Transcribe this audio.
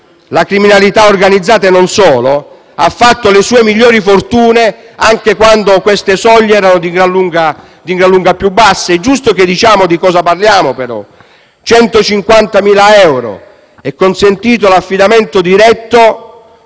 (la criminalità organizzata e non solo) ha fatto le sue migliori fortune anche quando queste soglie erano di gran lunga più basse. È giusto che diciamo di cosa parliamo, però. Con 150.000 euro è consentito l'affidamento diretto